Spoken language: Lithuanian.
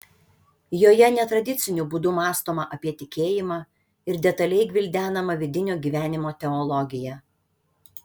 joje netradiciniu būdu mąstoma apie tikėjimą ir detaliai gvildenama vidinio gyvenimo teologija